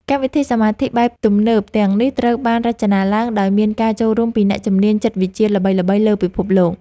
កម្មវិធីសមាធិបែបទំនើបទាំងនេះត្រូវបានរចនាឡើងដោយមានការចូលរួមពីអ្នកជំនាញចិត្តវិទ្យាល្បីៗលើពិភពលោក។